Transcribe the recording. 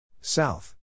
South